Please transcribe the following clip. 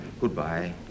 Goodbye